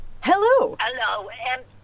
hello